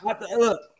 Look